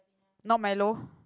not Milo